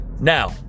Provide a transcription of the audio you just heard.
Now